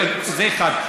זה, אחת.